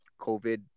COVID